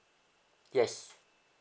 yes